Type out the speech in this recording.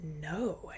no